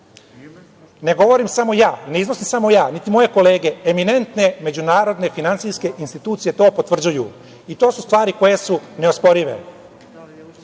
ne govorim samo ja, ne iznosim samo ja, niti moje kolege, eminentne međunarodne institucije to potvrđuju i to su stvari koje su neosporive. Na